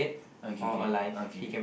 okay K okay